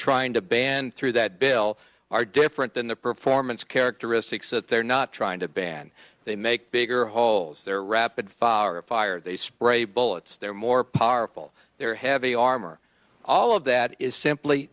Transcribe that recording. trying to ban through that bill are different than the performance characteristics that they're not trying to ban they make bigger holes they're rapid fire or a fire they spray bullets they're more powerful they're heavy armor all of that is simply